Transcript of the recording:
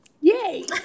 Yay